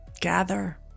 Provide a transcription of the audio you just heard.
Gather